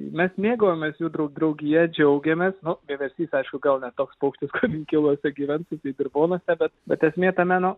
mes mėgaujamės jų draugija džiaugiamės nu vieversys aišku gal ne toks paukštis kur inkiluose gyvens jisai dirvonuose bet bet esmė tame nu